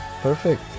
perfect